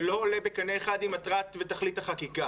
זה לא עולה בקנה אחד עם מטרת ותכלית החקיקה